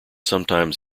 sometimes